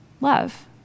Love